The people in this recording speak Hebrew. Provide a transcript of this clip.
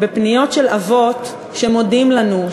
בפניות של אבות שמודים לנו,